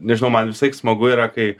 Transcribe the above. nežinau man vis tiek smagu yra kai